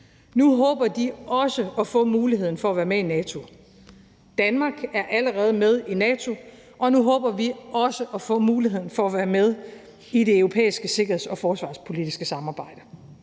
Nu håber de også at få muligheden for at være med i NATO. Danmark er allerede med i NATO, og nu håber vi også at få muligheden for at være med i det europæiske sikkerheds- og forsvarspolitiske samarbejde.